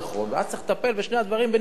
רק צריך לטפל בשני הדברים בנפרד,